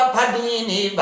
Padini